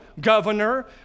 governor